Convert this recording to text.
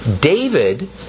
David